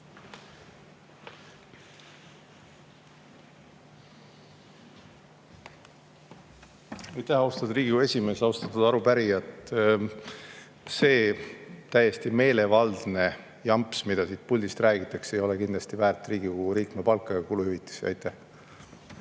Aitäh, austatud Riigikogu esimees! Austatud arupärijad! See täiesti meelevaldne jamps, mida siit puldist räägitakse, ei ole kindlasti väärt Riigikogu liikme palka ja kuluhüvitisi. Aitäh!